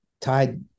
tied